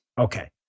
Okay